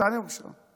תענה, בבקשה.